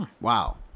Wow